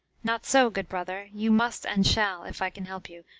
not so, good brother you must and shall, if i can help you,